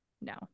no